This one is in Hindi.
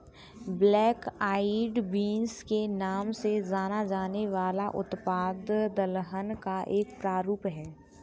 ब्लैक आईड बींस के नाम से जाना जाने वाला उत्पाद दलहन का एक प्रारूप है